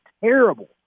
terrible